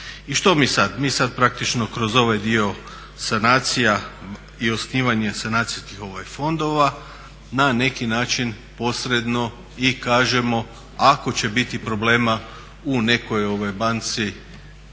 I što mi sad? Mi sad praktično kroz ovaj dio sanacija i osnivanje sanacijskih fondova na neki način posredno i kažemo ako će biti problema u nekoj banci